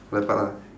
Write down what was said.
for that part lah